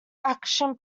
action